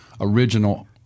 original